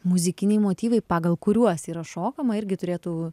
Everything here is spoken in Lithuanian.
muzikiniai motyvai pagal kuriuos yra šokama irgi turėtų